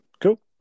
cool